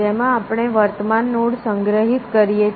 જેમાં આપણે વર્તમાન નોડ સંગ્રહિત કરીએ છીએ